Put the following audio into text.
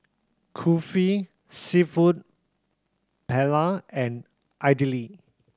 Kulfi Seafood Paella and Idili